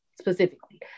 specifically